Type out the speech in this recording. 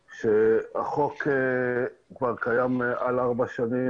שהחוק כבר קיים מעל ארבע שנים,